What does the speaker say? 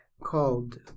called